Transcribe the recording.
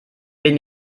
bin